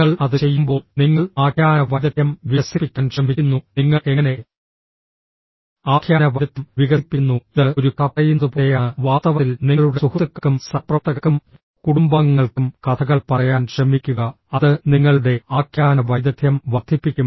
നിങ്ങൾ അത് ചെയ്യുമ്പോൾ നിങ്ങൾ ആഖ്യാന വൈദഗ്ദ്ധ്യം വികസിപ്പിക്കാൻ ശ്രമിക്കുന്നു നിങ്ങൾ എങ്ങനെ ആഖ്യാന വൈദഗ്ദ്ധ്യം വികസിപ്പിക്കുന്നു ഇത് ഒരു കഥ പറയുന്നതുപോലെയാണ് വാസ്തവത്തിൽ നിങ്ങളുടെ സുഹൃത്തുക്കൾക്കും സഹപ്രവർത്തകർക്കും കുടുംബാംഗങ്ങൾക്കും കഥകൾ പറയാൻ ശ്രമിക്കുക അത് നിങ്ങളുടെ ആഖ്യാന വൈദഗ്ദ്ധ്യം വർദ്ധിപ്പിക്കും